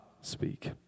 speak